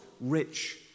rich